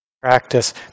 practice